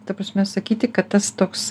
ta prasme sakyti kad tas toks